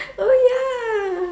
oh ya